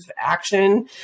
action